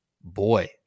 boy